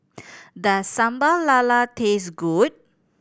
does Sambal Lala taste good